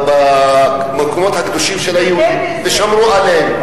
במקומות הקדושים של היהודים, ושמרו עליהם,